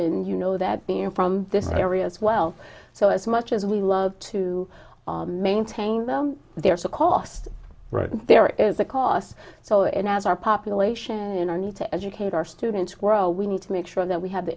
and you know that being from this area as well so as much as we love to maintain them there's a cost right there is the cost so and as our population in our need to educate our students were oh we need to make sure that we have the